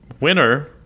winner